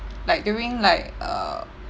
like during like err